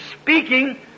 speaking